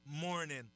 morning